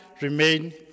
remain